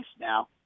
now